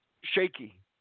shaky